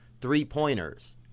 three-pointers